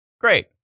Great